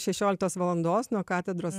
šešioliktos valandos nuo katedros